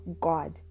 God